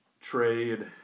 Trade